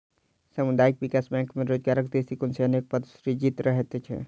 सामुदायिक विकास बैंक मे रोजगारक दृष्टिकोण सॅ अनेक पद सृजित रहैत छै